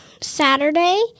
Saturday